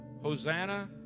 Hosanna